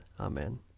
Amen